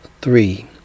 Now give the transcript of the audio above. three